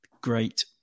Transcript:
great